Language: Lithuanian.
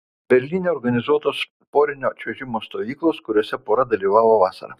berlyne organizuotos porinio čiuožimo stovyklos kuriose pora dalyvavo vasarą